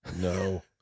No